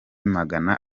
magana